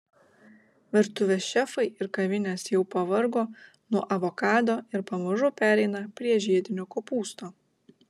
virtuvės šefai ir kavinės jau pavargo nuo avokado ir pamažu pereina prie žiedinio kopūsto